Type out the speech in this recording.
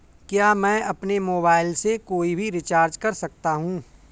क्या मैं अपने मोबाइल से कोई भी रिचार्ज कर सकता हूँ?